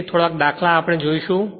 તેથી થોડા દાખલા આપણે જોઈશું